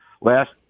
Last